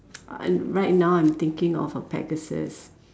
uh right now I'm thinking of a Pegasus